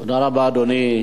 תודה רבה, אדוני.